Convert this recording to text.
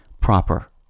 Proper